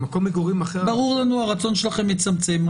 ברור לנו הרצון שלכם לצמצם,